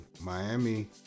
Miami